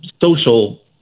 social